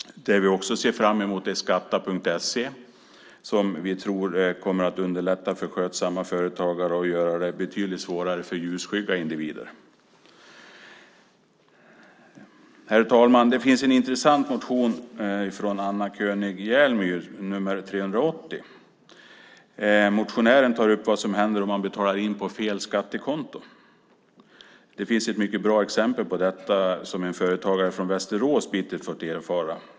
Det vi också ser fram emot är skatta.se, som vi tror kommer att underlätta för skötsamma företagare och göra det betydligt svårare för ljusskygga individer. Herr talman! Det finns en intressant motion av Anna König Jerlmyr, nr 380. Motionären tar upp vad som händer om man betalar in på fel skattekonto. Det finns ett mycket bra exempel på detta som en företagare från Västerås bittert fått erfara.